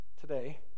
today